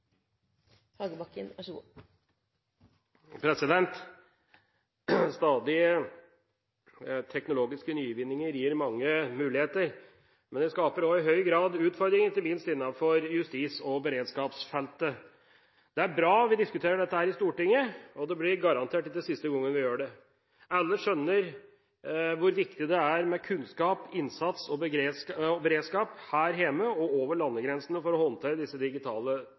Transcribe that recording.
bra at vi diskuterer dette i Stortinget, og det blir garantert ikke siste gangen vi gjør det. Alle skjønner hvor viktig det er med kunnskap, innsats og beredskap her hjemme og over landegrensene for å håndtere disse digitale